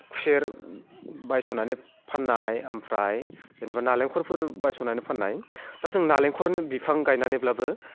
खुसेर बायस'नानै फाननाय ओमफ्राय जेनेबा नारेंखलफोर बायसननानै फाननाय दा जों नारेंखल बिफां गायनानैब्लाबो